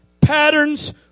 patterns